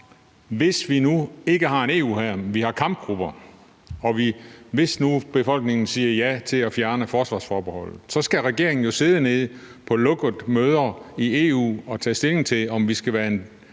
hvis vi nu ikke har en EU-hær, men har kampgrupper, og hvis nu befolkningen siger ja til at fjerne forsvarsforbeholdet, så skal regeringen jo sidde nede på lukkede møder i EU og tage stilling til, om vi skal være en